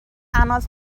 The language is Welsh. anodd